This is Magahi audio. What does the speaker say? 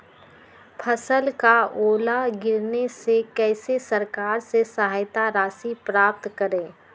फसल का ओला गिरने से कैसे सरकार से सहायता राशि प्राप्त करें?